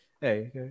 hey